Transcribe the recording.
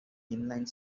inline